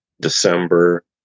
december